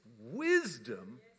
wisdom